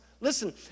listen